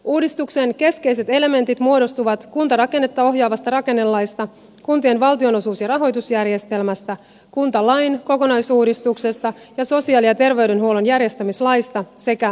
uudistuksen keskeiset elementit muodostuvat kuntarakennetta ohjaavasta rakennelaista kuntien valtionosuus ja rahoitusjärjestelmästä kuntalain kokonaisuudistuksesta ja sosiaali ja terveydenhuollon järjestämislaista sekä metropoliratkaisusta